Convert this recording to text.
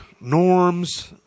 norms